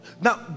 now